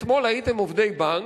אתמול הייתם עובדי בנק,